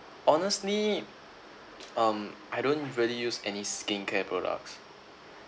honestly um I don't really use any skincare products